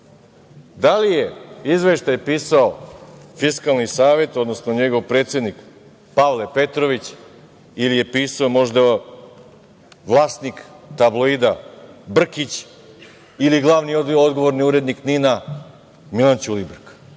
Da li je izveštaj pisao Fiskalni savet, odnosno njegov predsednik, Pavle Petrović, ili je pisao možda vlasnik tabloida Brkić, ili glavni i odgovorni urednik NIN-a, Milan Ćulibrk?